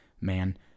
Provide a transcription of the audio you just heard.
Man